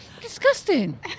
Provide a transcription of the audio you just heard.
disgusting